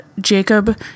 jacob